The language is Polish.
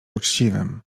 uczciwym